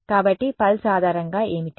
కాబట్టి పల్స్ ఆధారంగా ఏమిటి